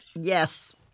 Yes